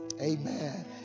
amen